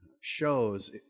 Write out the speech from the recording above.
shows